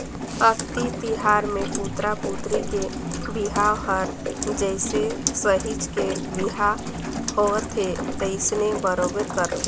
अक्ती तिहार मे पुतरा पुतरी के बिहाव हर जइसे सहिंच के बिहा होवथे तइसने बरोबर करथे